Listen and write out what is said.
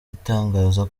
atangaza